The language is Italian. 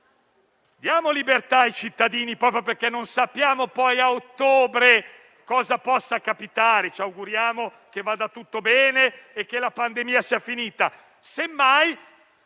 dare libertà ai cittadini, visto che non sappiamo a ottobre che cosa potrebbe capitare. Ci auguriamo che vada tutto bene e che la pandemia sia finita,